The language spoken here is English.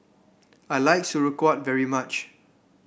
I like Sauerkraut very much